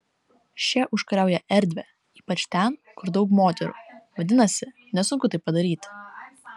šie užkariauja erdvę ypač ten kur daug moterų vadinasi nesunku tai padaryti